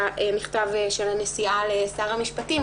במכתב של הנשיאה לשר המשפטים,